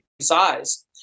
size